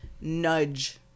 nudge